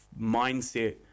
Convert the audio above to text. mindset